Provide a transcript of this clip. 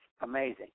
amazing